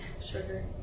sugar